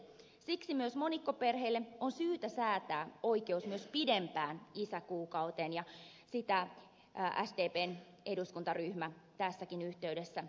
siksi myös monikkoperheille on syytä säätää oikeus pidempään isäkuukauteen ja sitä sdpn eduskuntaryhmä tässäkin yhteydessä esittää